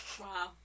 Wow